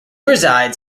resides